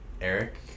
eric